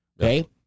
Okay